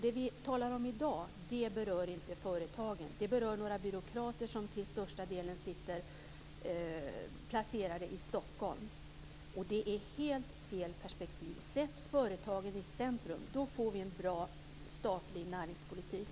Det vi talar om i dag berör inte företagen, utan det berör några byråkrater som till största delen sitter placerade i Stockholm. Det är helt fel perspektiv. Sätt företagen i centrum! Då får vi en bra statlig näringspolitik.